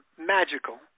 magical